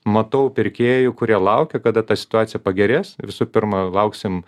matau pirkėjų kurie laukia kada ta situacija pagerės visų pirma lauksim